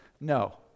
no